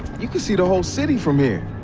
you can see the whole city from here.